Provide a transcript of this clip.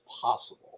possible